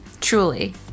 Truly